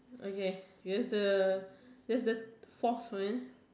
okay is the that's the fourth one